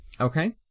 Okay